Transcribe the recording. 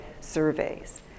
surveys